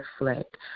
reflect